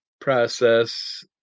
process